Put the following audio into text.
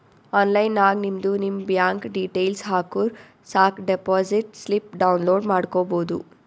online ನಾಗ್ ನಿಮ್ದು ನಿಮ್ ಬ್ಯಾಂಕ್ ಡೀಟೇಲ್ಸ್ ಹಾಕುರ್ ಸಾಕ್ ಡೆಪೋಸಿಟ್ ಸ್ಲಿಪ್ ಡೌನ್ಲೋಡ್ ಮಾಡ್ಕೋಬೋದು